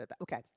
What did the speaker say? okay